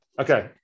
Okay